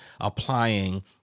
applying